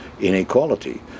inequality